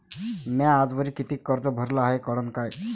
म्या आजवरी कितीक कर्ज भरलं हाय कळन का?